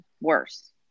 worse